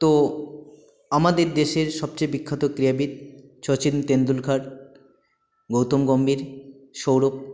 তো আমাদের দেশের সবচেয়ে বিখ্যাত ক্রীড়াবিদ সচিন তেন্ডুলকর গৌতম গম্ভীর সৌরভ